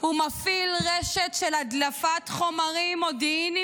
מפעיל רשת של הדלפת חומרים מודיעיניים